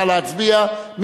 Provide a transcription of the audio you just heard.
נא להצביע.